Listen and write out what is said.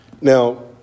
Now